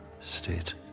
state